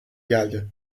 geldi